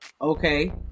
okay